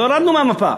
לא ירדנו מהמפה.